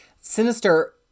Sinister